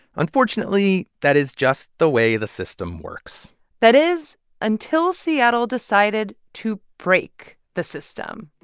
unfortunately, that is just the way the system works that is, until seattle decided to break the system